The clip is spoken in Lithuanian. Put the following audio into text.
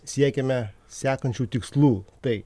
siekiame sekančių tikslų tai